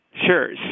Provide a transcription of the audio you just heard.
Sure